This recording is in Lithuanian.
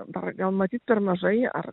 dar gal matyt per mažai ar